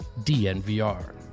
dnvr